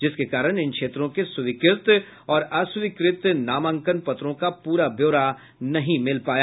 जिसके कारण इन क्षेत्रों के स्वीकृत और अस्वीकृत नामांकन पत्रों का प्रा ब्योरा नहीं मिल पाया